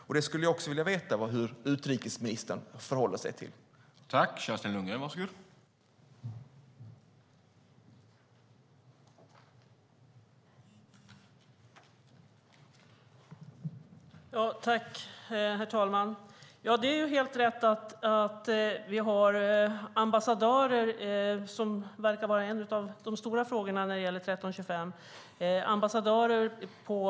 Jag skulle vilja vet hur utrikesministern förhåller sig till det.